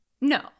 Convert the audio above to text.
No